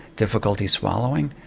difficulty swallowing,